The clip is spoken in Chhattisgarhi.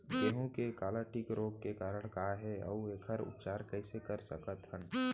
गेहूँ के काला टिक रोग के कारण का हे अऊ एखर उपचार कइसे कर सकत हन?